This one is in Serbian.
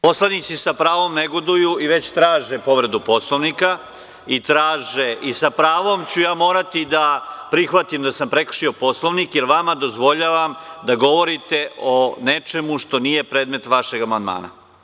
Poslanici sa pravom negoduju i već traže povredu Poslovnika i sa pravom ću ja morati da prihvatim da sam prekršio Poslovnik, jer vama dozvoljavam da govorite o nečemu što nije predmet vašeg amandmana.